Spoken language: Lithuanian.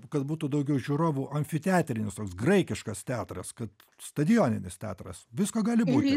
kad būtų daugiau žiūrovų amfiteatrinis toks graikiškas teatras kad stadioninis teatras visko gali būti